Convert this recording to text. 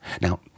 Now